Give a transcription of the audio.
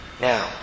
Now